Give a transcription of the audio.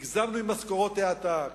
הגזמנו עם משכורות העתק,